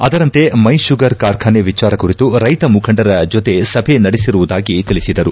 ಅದರಂತೆ ಮೈ ಷುಗರ್ ಕಾರ್ಖಾನೆ ವಿಚಾರ ಕುರಿತು ರೈತ ಮುಖಂಡರ ಜೊತೆ ಸಭೆ ನಡೆಸಿರುವುದಾಗಿ ತಿಳಿಸಿದರು